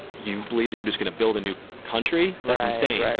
you believe that you're just going to build a new country. that's insane.